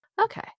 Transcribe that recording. Okay